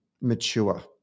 mature